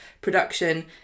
production